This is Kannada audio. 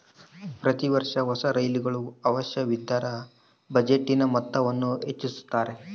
ಪ್ರತಿ ವರ್ಷ ಹೊಸ ರೈಲುಗಳ ಅವಶ್ಯವಿದ್ದರ ಬಜೆಟಿನ ಮೊತ್ತವನ್ನು ಹೆಚ್ಚಿಸುತ್ತಾರೆ